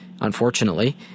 unfortunately